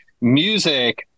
music